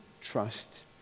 trust